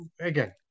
again